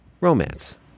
Romance